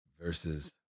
versus